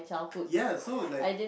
ya so like